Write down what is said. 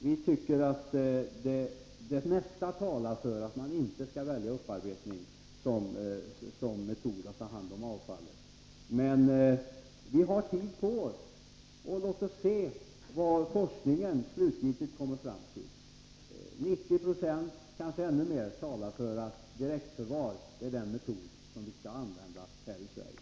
Vi tycker att det mesta talar för att man inte skall välja upparbetning som metod för att ta hand om avfallet. Men vi har tid på oss — låt oss se vad forskningen slutgiltigt kommer fram till! Vad vi nu vet talar till 90 90 eller kanske i ännu högre grad för att direktförvar är den metod som vi skall använda här i Sverige.